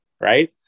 Right